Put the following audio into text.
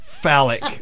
Phallic